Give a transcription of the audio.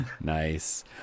Nice